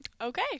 okay